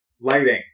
lighting